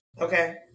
Okay